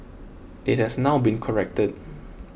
it has now been corrected